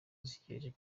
zishyigikiye